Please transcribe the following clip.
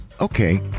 Okay